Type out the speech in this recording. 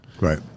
Right